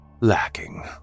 lacking